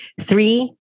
Three